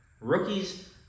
Rookies